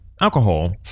Alcohol